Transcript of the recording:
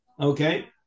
Okay